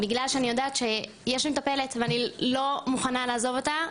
בגלל שאני יודעת שיש מטפלת ואני לא מוכנה לעזוב אותה,